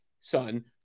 son